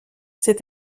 cet